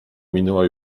minęła